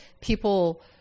people